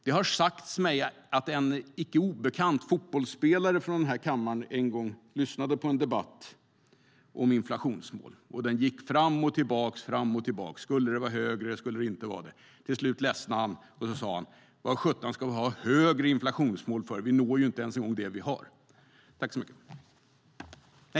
Det har sagts mig att en icke obekant fotbollsspelare från den här kammaren en gång lyssnade på en debatt om inflationsmål. Den gick fram och tillbaka. Skulle det vara högre eller inte? Till slut ledsnade han och sade: Vad sjutton ska vi ha högre inflationsmål för? Vi når inte ens en gång det vi har!